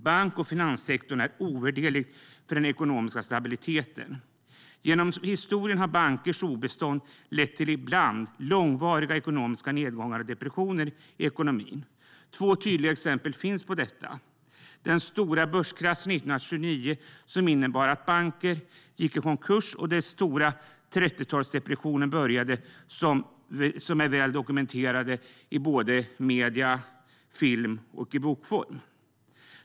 Bank och finanssektorn är ovärderlig för den ekonomiska stabiliteten. Genom historien har bankers obestånd lett till ibland långvariga ekonomiska nedgångar och depressioner i ekonomin. Två tydliga exempel finns på detta. Det första är den stora börskraschen 1929 som innebar att banker gick i konkurs och den stora 30-talsdepressionen började. Det är något som är väl dokumenterat i medier, film och bokform.